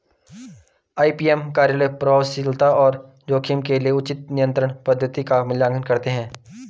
IPM कार्यक्रम प्रभावशीलता और जोखिम के लिए उचित नियंत्रण पद्धति का मूल्यांकन करते हैं